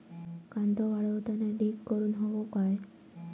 कांदो वाळवताना ढीग करून हवो काय?